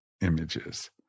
images